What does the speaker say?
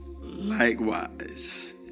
Likewise